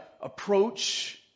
approach